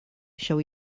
shall